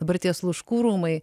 dabar tie sluškų rūmai